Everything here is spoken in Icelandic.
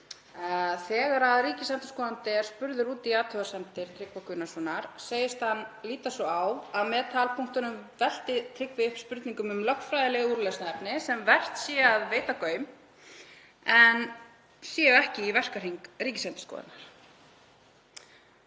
þegar ríkisendurskoðandi er spurður út í athugasemdir Tryggva Gunnarssonar segist hann líta svo á að með talpunktum velti Tryggvi upp spurningum um lögfræðileg úrlausnarefni sem vert sé að veita gaum en séu ekki í verkahring Ríkisendurskoðunar.